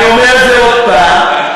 אני אומר את זה עוד הפעם.